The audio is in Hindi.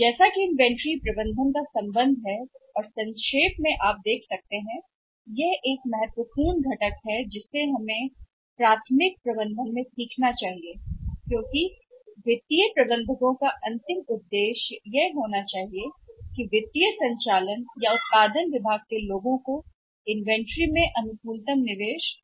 जैसा कि इन्वेंट्री प्रबंधन का संबंध है और संक्षेप में आप संक्षेप में देख सकते हैं कहते हैं कि महत्वपूर्ण घटक जो हमें सीखना चाहिए या प्राथमिक में महत्वपूर्ण हिस्सा होना चाहिए प्रबंधन जो हमें सीखना चाहिए कि वित्तीय प्रबंधक का अंतिम उद्देश्य शायद है वित्तीय या संचालन उत्पादन विभाग के लोगों के लिए इष्टतम होना चाहिए इन्वेंट्री में निवेश सही